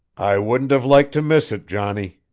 i wouldn't have liked to miss it, johnny,